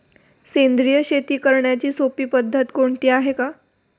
सेंद्रिय शेती करण्याची सोपी पद्धत कोणती आहे का?